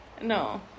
No